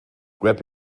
grab